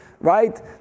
right